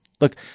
Look